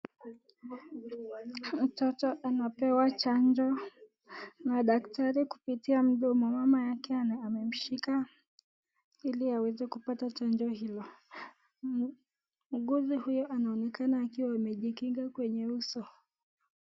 Mtoto anapewa chanjo na daktari kupitia mdomo. Mama yake amemshika ili aweze kupata chanjo hilo. Muuguzi huyo anaonekana akiwa amejikinga kwenye uso.